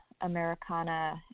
Americana